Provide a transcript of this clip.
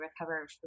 recover